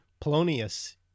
Polonius